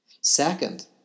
Second